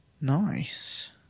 nice